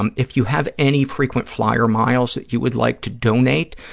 um if you have any frequent flyer miles that you would like to donate,